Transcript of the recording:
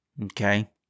Okay